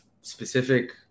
specific